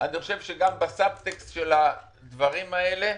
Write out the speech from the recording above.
גם בסבטקסט של הדברים האלה,